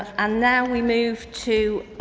and now we move to